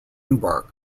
newburgh